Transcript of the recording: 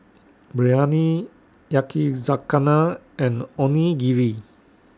Biryani Yakizakana and Onigiri